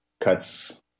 cuts